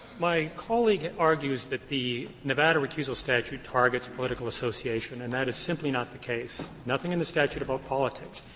my colleague argues that the nevada recusal statute targets political association, and that is simply not the case. nothing in the statute about politics.